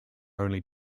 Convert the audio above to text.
only